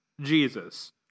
Jesus